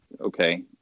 okay